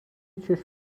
چشم